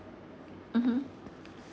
mmhmm